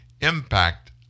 impact